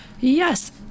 Yes